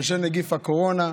בשל נגיף הקורונה,